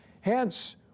Hence